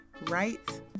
right